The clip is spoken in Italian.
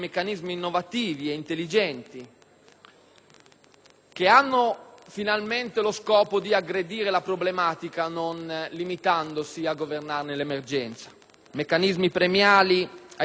che hanno lo scopo di aggredire finalmente la problematica, non limitandosi a governarne l'emergenza; meccanismi premiali ai diritti edificatori per chi realizza interventi